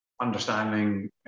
understanding